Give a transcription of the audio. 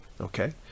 okay